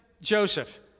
Joseph